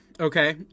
Okay